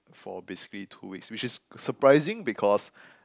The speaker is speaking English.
for basically two weeks which is surprising because